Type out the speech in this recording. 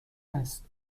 است